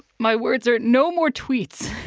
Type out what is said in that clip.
my words are no more tweets